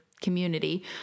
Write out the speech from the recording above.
community